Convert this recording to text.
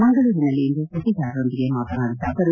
ಮಂಗಳೂರಿನಲ್ಲಿಂದು ಸುದ್ದಿಗಾರರೊಂದಿಗೆ ಮಾತನಾಡಿದ ಅವರು